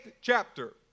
chapter